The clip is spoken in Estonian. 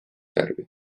värvi